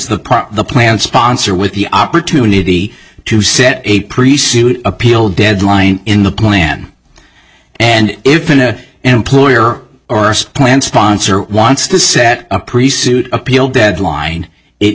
the the plant sponsor with the opportunity to set a pretty soon appeal deadline in the plan and if an employer or plan sponsor wants to set a priest suit appeal deadline it